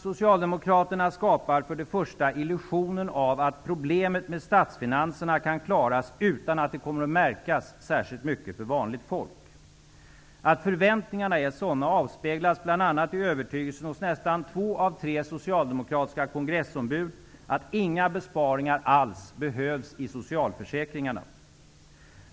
Socialdemokraterna skapar först och främst illusionen att problemet med statsfinanserna kan klaras utan att det kommer att märkas särskilt mycket för vanligt folk. Att förväntningarna är sådana avspeglas bl.a. i övertygelsen hos nästan två av tre socialdemokratiska kongressombud att inga besparingar alls behövs i socialförsäkringarna.